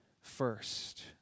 first